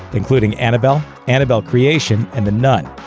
including annabelle, annabelle creation, and the nun.